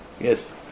Yes